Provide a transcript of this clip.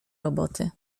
roboty